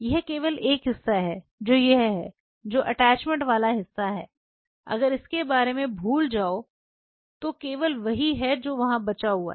यह केवल एक हिस्सा है जो यह है जो अटैचमेंट वाला हिस्सा है अगर इसके बारे में भूल जाओ तो केवल वही है जो वहां बचा है